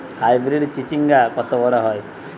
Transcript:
Hybrid চিচিংঙ্গা কত বড় হয়?